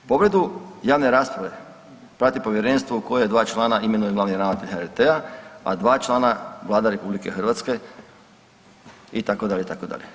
Povredu javne rasprave prati povjerenstvo u koje 2 člana imenuje glavni ravnatelj HRT-a, a 2 člana Vlada RH itd., itd.